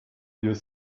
you